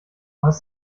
hast